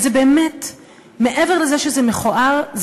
ומעבר לזה שזה מכוער,